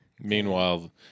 Meanwhile